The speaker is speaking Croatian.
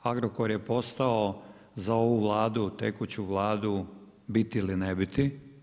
Agrokor je postao za ovu Vladu, tekuću Vladu biti ili ne biti.